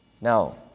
Now